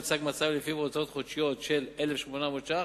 הוצג מצב שבו הוצאה חודשית של 1,800 ש"ח,